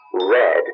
red